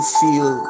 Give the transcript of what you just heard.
feel